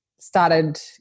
started